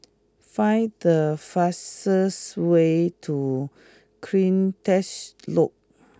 find the fastest way to Cleantech Loop